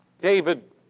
David